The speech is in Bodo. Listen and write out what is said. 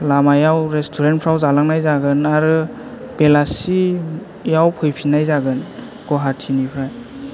लामायाव रेसथुरेन्तफोराव जालांनाय जागोन आरो बेलासियाव फैफिननाय जागोन गुवाहाथिनिफ्राय